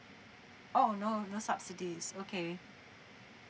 oh no no subsidies okay